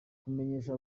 kumenyesha